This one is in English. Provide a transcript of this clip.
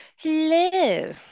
Hello